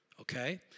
Okay